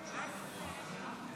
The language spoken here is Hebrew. נעבור להצבעה על סעיף 6 כנוסח הוועדה.